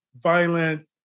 violent